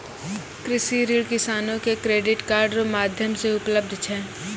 कृषि ऋण किसानो के क्रेडिट कार्ड रो माध्यम से उपलब्ध छै